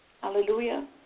Hallelujah